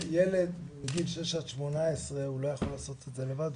ילד בגיל 6-18 לא יכול לעשות את זה לבד,